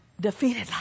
defeated